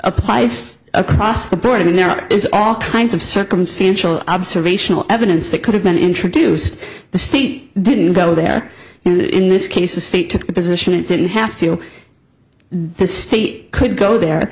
applies across the board and there are all kinds of circumstantial observational evidence that could have been introduced the state didn't go there and in this case the state took the position it didn't have to the state could go there